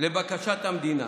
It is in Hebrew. לבקשת המדינה,